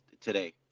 today